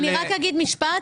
אני רק אגיד משפט.